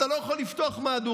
אתה לא יכול לפתוח מהדורה,